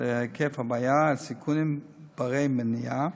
להיקף הבעיה ולסיכונים הניתנים למניעה